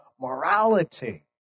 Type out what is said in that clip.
morality